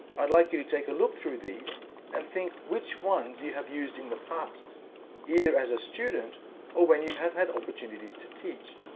i'd like you to take a look through these and think which ones you have used in the past either as a student or when you have had opportunities to teach.